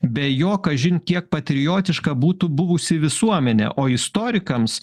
be jo kažin kiek patriotiška būtų buvusi visuomenė o istorikams